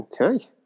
Okay